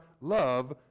love